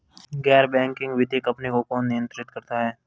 गैर बैंकिंग वित्तीय कंपनियों को कौन नियंत्रित करता है?